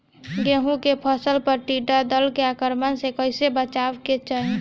गेहुँ के फसल पर टिड्डी दल के आक्रमण से कईसे बचावे के चाही?